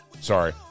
Sorry